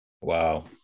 Wow